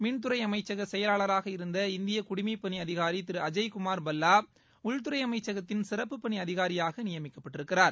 மின்துறை அமைச்சக செயலாளராக இருந்த இந்திய குடிமை பணி அதிகாரி திரு அஜய் குமார் பல்லா உள்துறை அமைச்சகத்தின் சிறப்பு பணி அதிகாரியாக நியமிக்கப்பட்டிருக்கிறார்